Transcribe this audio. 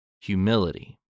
humility